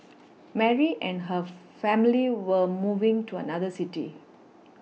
Mary and her family were moving to another city